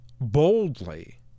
boldly